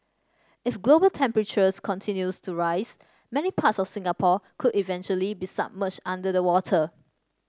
if global temperatures continues to rise many parts of Singapore could eventually be submerged under the water